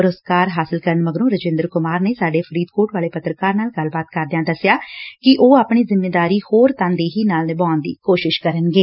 ਪੁਰਸਕਾਰ ਹਾਸਲ ਕਰਨ ਮਗਰੋਂ ਰਜਿੰਦਰ ਕੁਮਾਰ ਨੇ ਸਾਡੇ ਫਰੀਦਕੋਟ ਵਾਲੇ ਪੱਤਰਕਾਰ ਨਾਲ ਗੱਲਬਾਤ ਕਰਦਿਆਂ ਦਸਿਆ ਕਿ ਉਹ ਆਪਣੀ ਜਿੰਮੇਵਾਰੀ ਹੋਰ ਤਨਦੇਹੀ ਨਾਲ ਨਿਭਾਉਣ ਦੀ ਕੋਸ਼ਿਸ਼ ਕਰਨਗੇ